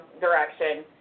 direction